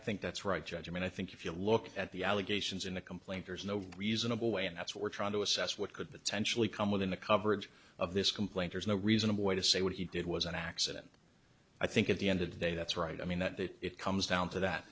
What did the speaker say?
think that's right judge i mean i think if you look at the allegations in the complaint there's no reasonable way and that's what we're trying to assess what could potentially come within the coverage of this complaint there's no reasonable way to say what he did was an accident i think at the end of the day that's right i mean that if it comes down to that